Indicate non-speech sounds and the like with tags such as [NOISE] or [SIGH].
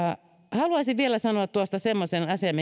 haluaisin vielä sanoa yhden asian [UNINTELLIGIBLE]